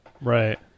Right